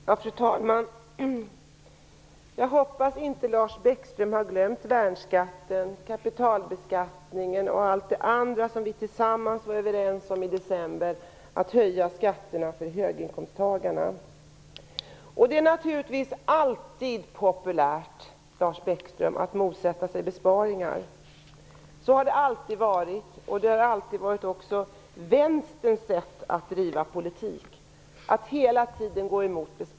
Fru talman! Jag hoppas att Lars Bäckström inte har glömt värnskatten, kapitalbeskattningen och allt det andra som vi tillsammans var överens om i december när det gällde att höja skatterna för höginkomsttagarna. Det är naturligtvis alltid populärt, Lars Bäckström, att motsätta sig besparingar. Så har det alltid varit, och det har också alltid varit Vänsterns sätt att driva politik.